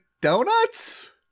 donuts